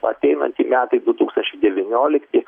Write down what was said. ateinantį metai du tūkstančiai devyniolikti